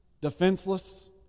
defenseless